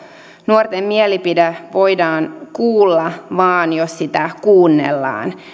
nuorten mielipide voidaan kuulla vain jos sitä kuunnellaan